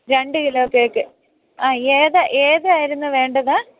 രണ്ട് kilo cake ആ ഏതാണ് ഏതായിരുന്നു വേണ്ടത്